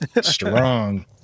strong